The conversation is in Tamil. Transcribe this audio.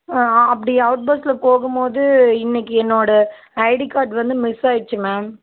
அப்படி அவுட் பஸ்ஸில் போகும்போது இன்னக்கு என்னோட ஐடி கார்ட் வந்து மிஸ் ஆயிடுச்சு மேம்